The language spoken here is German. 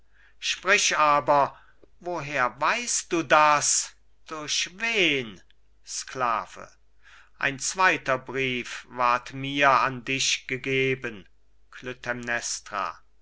sprich aber woher weißt du das durch wen sklave ein zweiter brief ward mir an dich gegeben